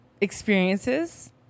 experiences